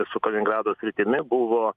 su kaliningrado sritimi buvo